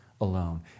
alone